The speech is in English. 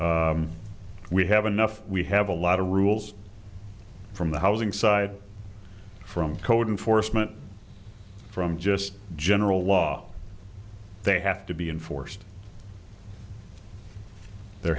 we have enough we have a lot of rules from the housing side from code and forstmann from just general law they have to be enforced there